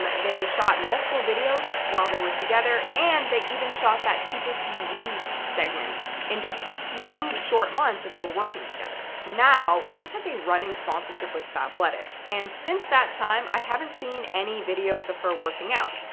they shot multiple videos while they were together and they even shot that peopletv segment in just the few short months that they were working together. now, tess has a running sponsorship with fabletics. and since that time i haven't seen any videos of her working out.